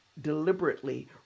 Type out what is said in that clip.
deliberately